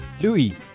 Louis